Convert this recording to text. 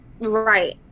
right